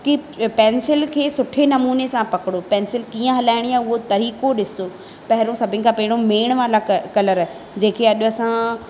की पेंसिल खे सुठे नमूने सां पकिड़ियो पेंसिल कीअं हलाइणी आहे उहो तरीक़ो ॾिसो पहिरियों सभिनि खां पहिरियों मेण वारा कलर जेके अॼु असां